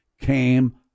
came